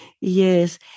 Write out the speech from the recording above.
Yes